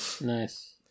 Nice